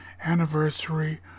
anniversary